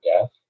death